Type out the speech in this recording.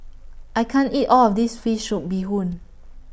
I can't eat All of This Fish Soup Bee Hoon